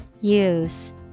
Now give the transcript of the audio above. Use